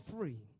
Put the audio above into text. free